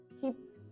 keep